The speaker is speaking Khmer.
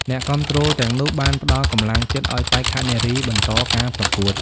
អ្នកគាំទ្រទាំងនោះបានផ្តល់កម្លាំងចិត្តឲ្យបេក្ខនារីបន្តការប្រកួត។